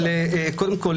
קודם כל,